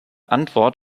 antwort